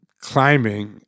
climbing